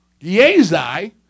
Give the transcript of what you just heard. Yezai